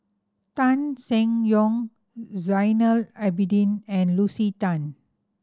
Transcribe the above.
Tan Seng Yong Zainal Abidin and Lucy Tan